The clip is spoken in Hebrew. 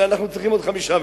אנחנו צריכים עוד חמישה,